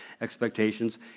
expectations